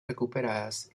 recuperadas